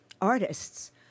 artists